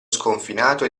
sconfinato